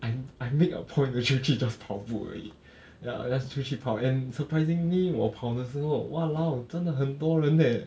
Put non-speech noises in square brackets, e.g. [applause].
and I made a point to 出去 just 跑步而已 [breath] ya just 出去跑 and surprisingly 我跑的时候 !walao! 真的很多人 leh